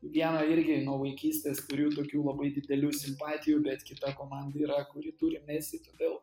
vieną irgi nuo vaikystės turiu tokių labai didelių simpatijų bet kita komanda yra kuri turi mesi todėl